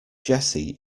jessie